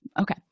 Okay